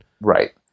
Right